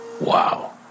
Wow